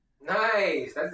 Nice